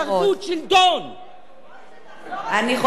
תחזור על זה אני חושבת שחברת הכנסת לבני תודה